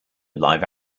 live